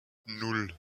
nan